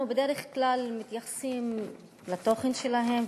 אנחנו בדרך כלל מתייחסים לתוכן שלהם,